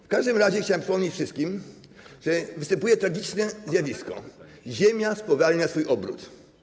W każdym razie chciałem przypomnieć wszystkim, że występuje tragiczne zjawisko: Ziemia spowalnia swój obrót.